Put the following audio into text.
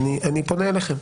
פונה אליכם,